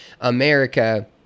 America